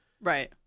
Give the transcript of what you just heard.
Right